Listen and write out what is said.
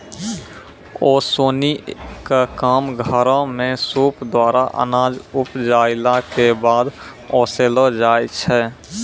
ओसौनी क काम घरो म सूप द्वारा अनाज उपजाइला कॅ बाद ओसैलो जाय छै?